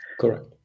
Correct